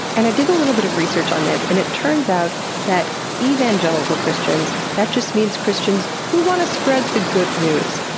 and i did a little bit of research on this. and it turns out that evangelical christians, that just means christians who want to spread the good news.